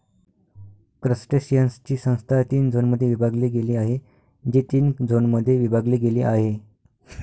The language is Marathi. क्रस्टेशियन्सची संस्था तीन झोनमध्ये विभागली गेली आहे, जी तीन झोनमध्ये विभागली गेली आहे